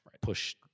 push